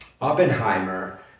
Oppenheimer